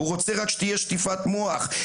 הוא רוצה שתהיה שטיפת מוח.